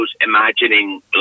imagining